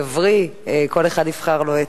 גברי, כל אחד יבחר לו.